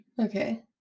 okay